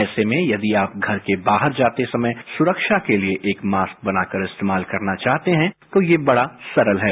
ऐसे में यदि आप घर के बाहर जाते समय सुरक्षा के लिये एक मास्क बनाकर इस्तेमाल करना चाहते हैं तो यह बड़ा सरल है